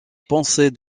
pensée